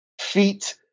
feet